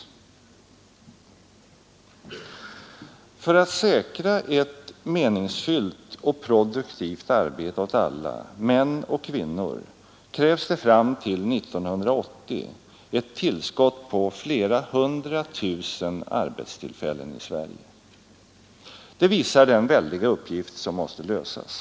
För att säkra ett meningsfyllt och produktivt arbete åt alla, män och kvinnor, krävs det fram till 1980 ett tillskott på flera hundra tusen arbetstillfällen i Sverige. Det visar den väldiga uppgift som måste lösas.